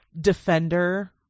defender